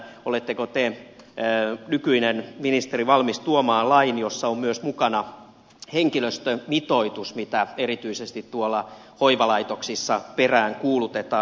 oletteko te nykyinen ministeri valmis tuomaan lain jossa on myös mukana henkilöstömitoitus mitä erityisesti tuolla hoivalaitoksissa peräänkuulutetaan